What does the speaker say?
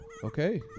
Okay